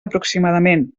aproximadament